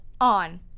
on